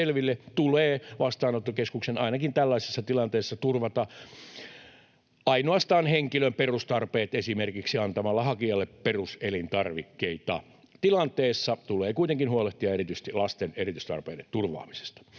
tulee vastaanottokeskuksen ainakin tällaisissa tilanteissa turvata ainoastaan henkilön perustarpeet esimerkiksi antamalla hakijalle peruselintarvikkeita. Tilanteessa tulee kuitenkin huolehtia erityisesti lasten erityistarpeiden turvaamisesta.